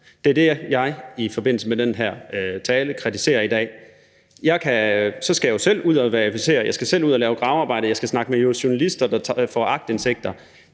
Det er det, jeg i forbindelse med den her tale kritiserer i dag. Jeg skal jo selv ud og verificere, jeg skal selv ud af at lave gravearbejde, og jeg skal snakke med journalister, der får aktindsigter.